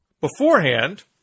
Beforehand